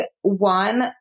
one